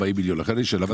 קרני שומרון,